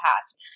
past